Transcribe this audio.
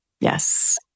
Yes